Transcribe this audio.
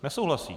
Nesouhlasí?